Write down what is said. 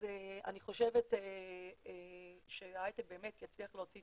אני חושבת שההייטק באמת יצליח להוציא